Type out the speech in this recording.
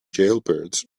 jailbirds